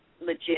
legit